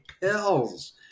pills